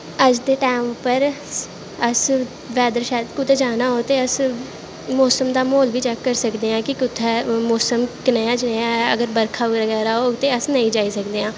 अज्ज दे टैम उप्पर बैद्दर सैद्दर कुतै जाना होग ते मौसम दा माहौल बी चैक्क करी सकदे आं कि कुत्थें मौसम कनेहा कनेहा होग बरका बगैरा होग ते अस नेंई जाई सकदे आं